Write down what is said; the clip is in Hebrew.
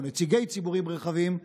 או נציגי ציבורים רחבים,